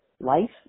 life